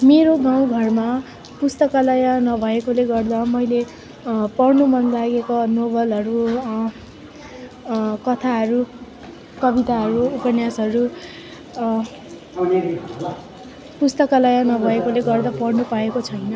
मेरो गाउँ घरमा पुस्तकालय नभएकोले गर्दा मेलै पढनु मन लागेको नोबलहरू कथाहरू कविताहरू उपन्यासहरू पुस्तकालय नभएकोले गर्दा पढ्न पाएको छैन